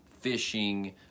fishing